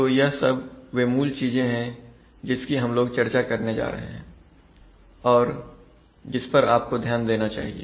तो यह सब वे मूल चीजें हैं जिसकी हम लोग चर्चा करने जा रहे हैं और जिस पर आप को ध्यान देना चाहिए